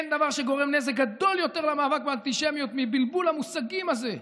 אין דבר שגורם נזק גדול יותר למאבק באנטישמיות מבלבול המושגים הזה.